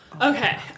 Okay